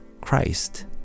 Christ